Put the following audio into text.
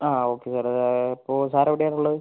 ആ ഓക്കെ അത് ഇപ്പോൾ സാർ എവിടെയാണ് ഉള്ളത്